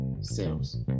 sales